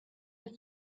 have